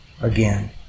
again